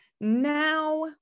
Now